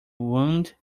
wound